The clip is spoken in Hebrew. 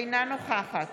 אינה נוכחת